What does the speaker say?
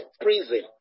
prison